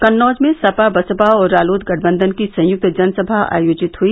कन्नौज में सपा बसपा और रालोद गठबंधन की संयुक्त जनसभा आयोजित हई